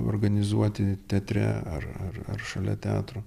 organizuoti teatre ar ar ar šalia teatro